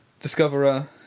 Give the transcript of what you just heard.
Discoverer